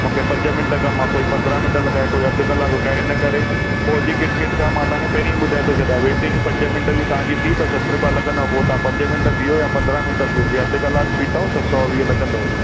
मूंखे पंज मिंट कमु आहे कोई पंद्राहं मिंट लॻाइ कोई अधु कलाकु लॻाइ हिन करे पोइ जी किटकिट खां मां तव्हांखे पहिरीं ॿुधाइ थो छॾा वेटिंग पंज मिंट बि तव्हां जी थी त सठि रुपिया लॻंदा पोइ तव्हां पंज मिंट बीहो या पंद्राहं मिंट बीहो जे अधु कलाकु बीठो त सौ वीह लॻंदव